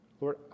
Lord